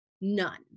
none